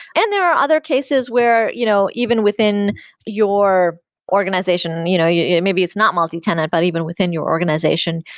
and there are other cases where you know even within your organization, you know yeah maybe it's not multitenant, but even within your organization.